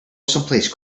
someplace